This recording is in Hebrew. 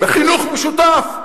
בחינוך משותף.